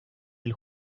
del